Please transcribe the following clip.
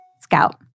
Scout